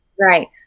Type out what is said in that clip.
Right